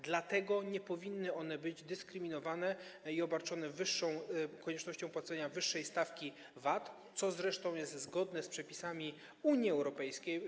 Dlatego nie powinny być one dyskryminowane i obarczane koniecznością płacenia wyższej stawki VAT, co zresztą jest zgodne z przepisami Unii Europejskiej.